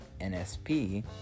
NSP